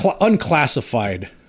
Unclassified